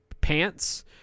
pants